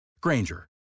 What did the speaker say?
Granger